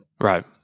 right